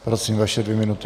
Prosím, vaše dvě minuty.